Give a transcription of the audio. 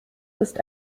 ist